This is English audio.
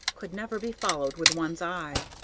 could never be followed with one's eye.